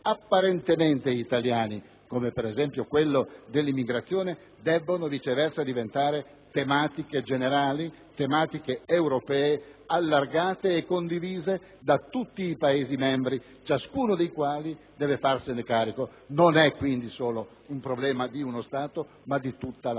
apparentemente italiani, come per esempio quello dell'immigrazione, debbono viceversa diventare tematiche generali, tematiche europee allargate e condivise da tutti i Paesi membri, ciascuno dei quali deve farsene carico. Non è quindi solo un problema di uno Stato, ma di tutta la